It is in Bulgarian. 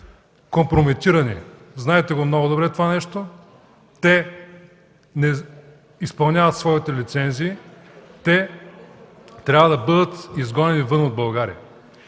компрометирани, знаете много добре това нещо. Те не изпълняват своите лицензии. Те трябва да бъдат изгонени вън от България.